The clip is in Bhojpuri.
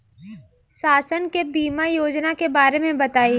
शासन के बीमा योजना के बारे में बताईं?